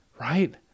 right